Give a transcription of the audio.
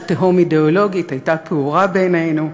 שתהום אידיאולוגית הייתה פעורה בינינו,